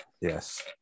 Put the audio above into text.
yes